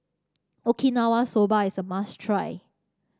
Okinawa Soba is a must try